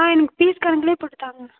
ஆ எனக்கு பீஸ் கணக்குலேயே போட்டுத்தாங்க